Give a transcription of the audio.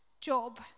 job